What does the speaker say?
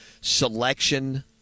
selection